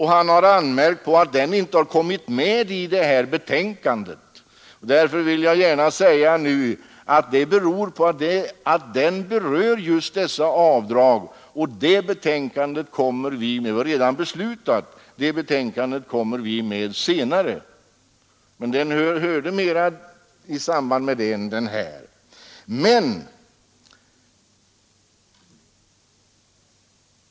Han har anmärkt på att motionen inte har tagits upp i föreliggande betänkande. Jag vill därför gärna säga att det beror på att motionen berör just avdragen. Det betänkandet, som redan är beslutat, framlägger vi senare; motionen hade alltså mera samband med det än med den här frågan.